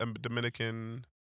Dominican